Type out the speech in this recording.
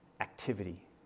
activity